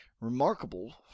remarkable